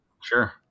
Sure